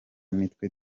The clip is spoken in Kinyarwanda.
nitwe